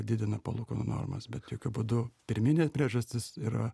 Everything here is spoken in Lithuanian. didina palūkanų normas bet jokiu būdu pirminė priežastis yra